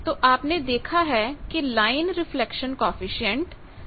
तो आपने देखा है कि लाइन रिफ्लेक्शन कॉएफिशिएंट Γ है